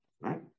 right